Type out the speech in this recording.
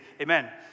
amen